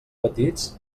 petits